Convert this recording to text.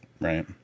Right